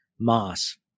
Moss